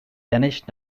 danish